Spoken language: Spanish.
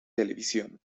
televisión